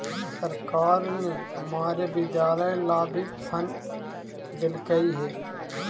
सरकार ने हमारे विद्यालय ला भी फण्ड देलकइ हे